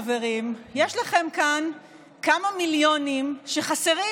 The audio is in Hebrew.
חברים: יש לכם כאן כמה מיליונים שחסרים.